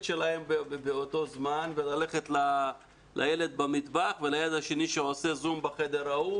שלהם באותו זמן וללכת לילד במטבח ולילד שלומד בזום.